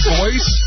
voice